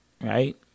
Right